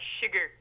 sugar